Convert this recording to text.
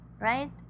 right